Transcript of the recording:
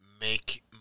make